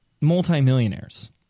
multimillionaires